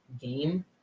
game